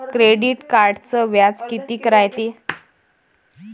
Credit कार्डचं व्याज कितीक रायते?